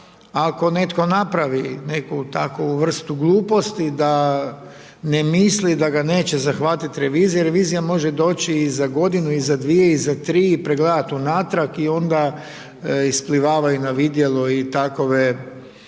ako netko napravi neku takvu vrstu gluposti da ne misli da ga neće zahvatiti revizija jer revizija može doći i za godinu i za dvije i za tri, pregledati unatrag i onda isplivavaju na vidjelo i takove